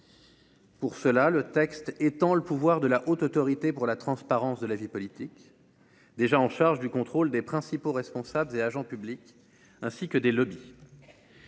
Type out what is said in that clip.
Pour cela, le texte étant le pouvoir de la Haute autorité pour la transparence de la vie politique, déjà en charge du contrôle des principaux responsables et agents publics ainsi que des lobbies.